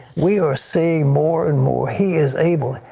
we are seeing more and more. he is able.